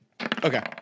Okay